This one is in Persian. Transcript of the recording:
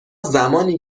زمانی